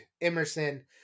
Emerson